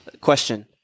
Question